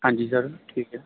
ਹਾਂਜੀ ਸਰ ਠੀਕ ਹੈ